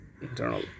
internal